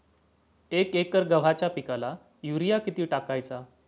एक एकर गव्हाच्या पिकाला युरिया किती टाकायचा?